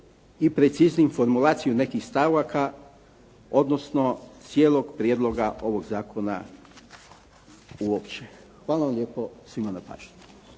i preciznijim formulaciju nekih stavaka, odnosno cijelog prijedloga ovog zakona uopće. Hvala vam lijepo svima na pažnji.